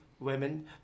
women